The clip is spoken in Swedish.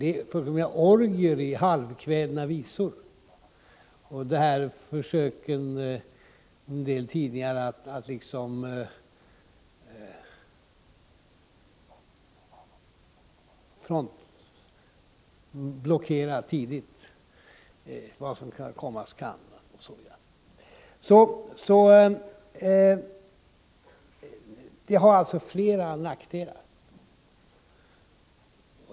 Det är fullkomliga orgier i halvkvädna visor, och en del tidningar försöker att tidigt blockera vad som komma skall. Nuvarande system har alltså flera nackdelar.